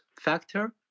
factor